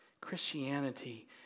Christianity